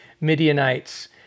Midianites